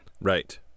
Right